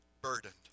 burdened